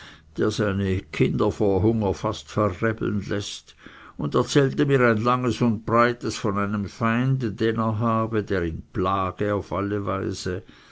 der seine kinder vor hunger fast verrebeln läßt und erzählte mir ein langes und breites von einem feinde den er habe der ihn plage auf alle weise